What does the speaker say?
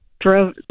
drove